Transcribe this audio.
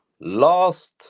last